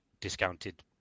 discounted